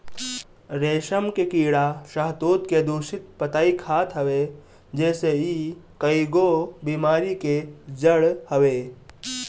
रेशम के कीड़ा शहतूत के दूषित पतइ खात हवे जेसे इ कईगो बेमारी के जड़ हवे